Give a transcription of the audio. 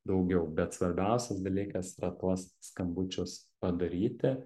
daugiau bet svarbiausias dalykas yra tuos skambučius padaryti